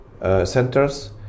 centers